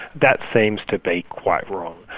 that seems to be quite wrong.